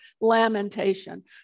lamentation